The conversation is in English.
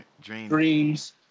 dreams